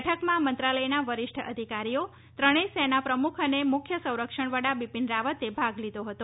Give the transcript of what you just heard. બેઠક માં મંત્રાલયના વરિષ્ઠ અધિકારીઓ ત્રણેય સેના પ્રમુખ અને મુખ્ય સંરક્ષણ વડા બિપિન રાવતે ભાગ લીધો હતો